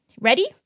Ready